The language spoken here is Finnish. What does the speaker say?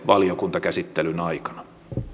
valiokuntakäsittelyn aikana